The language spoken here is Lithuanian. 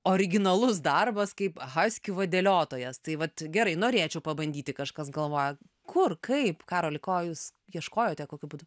originalus darbas kaip haskių vadeliotojas tai vat gerai norėčiau pabandyti kažkas galvoja kur kaip karolo ko jūs ieškojote kokiu būdu